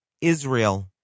Israel